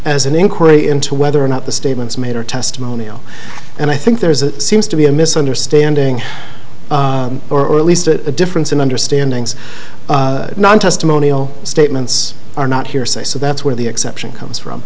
as an inquiry into whether or not the statements made are testimonial and i think there is a seems to be a misunderstanding or at least a difference in understanding not testimonial statements are not hearsay so that's where the exception comes from